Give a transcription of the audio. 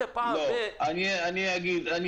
דבר